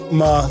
ma